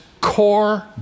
core